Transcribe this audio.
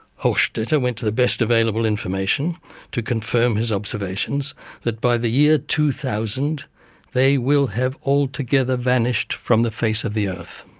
hochstetter went to the best available information to confirm his observations that by the year two thousand they will have altogether vanished from the face of the earth.